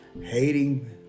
hating